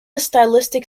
stylistic